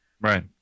Right